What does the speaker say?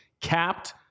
capped